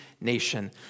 nation